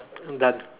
I'm done